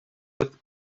with